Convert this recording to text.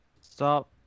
Stop